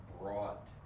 brought